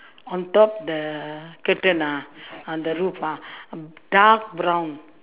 on top the curtain ah on the roof ah dark brown